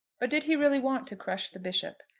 but did he really want to crush the bishop?